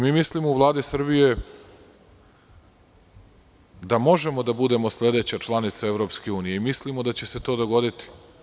Mi u Vladi Srbije mislimo da možemo da budemo sledeća članica EU imislimo da će se to dogoditi.